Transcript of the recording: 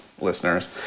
listeners